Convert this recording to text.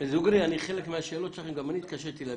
דוגרי, חלק מהשאלות שלכם, גם אני התקשיתי להבין,